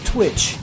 Twitch